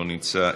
לא נמצא.